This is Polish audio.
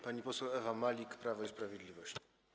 Pani poseł Ewa Malik, Prawo i Sprawiedliwość.